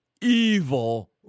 evil